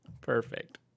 Perfect